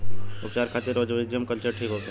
उपचार खातिर rhizobium culture ठीक होखे?